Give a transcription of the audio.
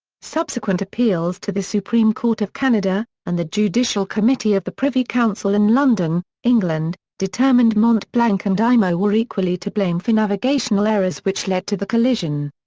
subsequent appeals to the supreme court of canada, and the judicial committee of the privy council in london, england, determined mont-blanc and imo were equally to blame for navigational errors which led to the collision.